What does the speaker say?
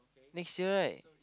next year right